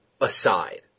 aside